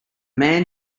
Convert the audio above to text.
man